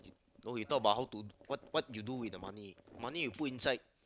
you no you talk about how to what what you do with the money money you put inside